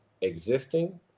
existing